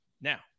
Now